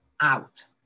out